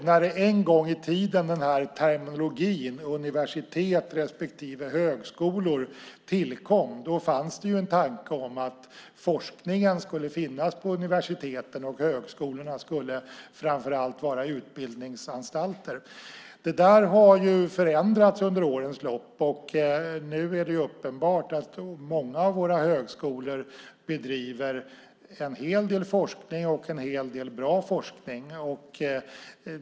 När en gång i tiden terminologin universitet respektive högskolor tillkom fanns det en tanke om att forskningen skulle finnas på universiteten och att högskolorna framför allt skulle vara utbildningsanstalter. Det har ju förändrats under årens lopp. Nu är det uppenbart att många av våra högskolor bedriver en hel del forskning och en hel del bra forskning.